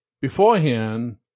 beforehand